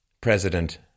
President